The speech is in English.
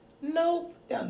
Nope